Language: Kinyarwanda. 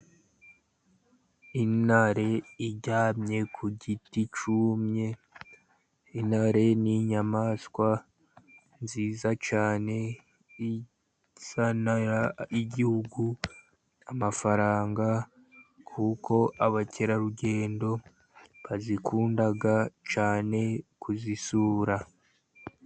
Intare iryamye ku giti cyumye. Intare ni inyamaswa nziza cyane izanira igihugu amafaranga, kuko abakerarugendo bakunda cyane kuzisura.